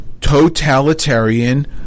totalitarian